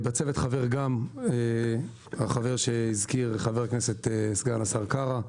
בצוות שלנו יושב גם החבר שהזכיר סגן השר קארה,